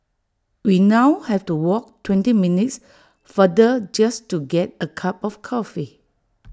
we now have to walk twenty minutes farther just to get A cup of coffee